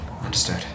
Understood